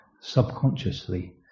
subconsciously